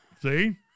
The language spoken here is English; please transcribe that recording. See